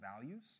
values